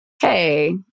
hey